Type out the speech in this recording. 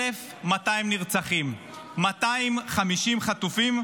1,200 נרצחים, 250 חטופים,